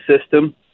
system